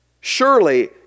Surely